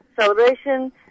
celebration